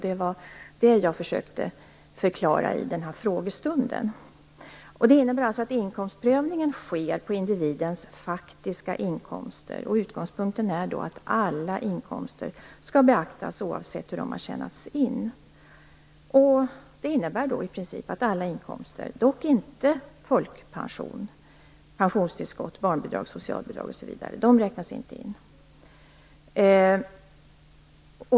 Det var det jag försökta förklara vid den muntliga frågestunden. Det innebär att inkomstprövningen sker på individens faktiska inkomster. Utgångspunkten är att alla inkomster skall beaktas oavsett hur de har tjänats in. Det innebär i princip att alla inkomster räknas. Dock räknas inte folkpension, pensionstillskott, barnbidrag, socialbidrag, osv. in.